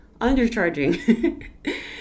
undercharging